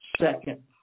second